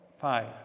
five